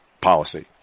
policy